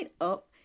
up